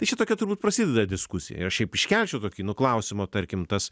tai čia tokia turbūt prasideda diskusija ir aš šiaip iškelčiau tokį nu klausimą tarkim tas